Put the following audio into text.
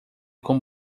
com